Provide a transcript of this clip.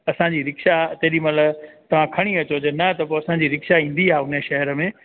असांजी रिक्शा तेॾी महिल तव्हां खणी अचो न त पोइ असांजी रिक्शा ईंदी आहे उन शहर में